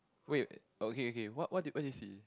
wait okay okay what what what do you see